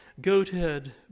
goathead